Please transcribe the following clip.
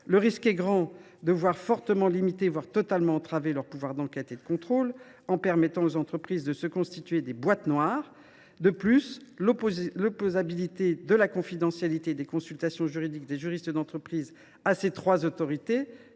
le risque est grand de limiter fortement, voire d’entraver totalement, leurs pouvoirs d’enquête et de contrôle en permettant aux entreprises de se constituer des « boîtes noires ». De plus, l’opposabilité de la confidentialité des consultations juridiques des juristes d’entreprise aux trois autorités